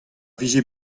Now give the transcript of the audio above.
vije